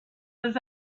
was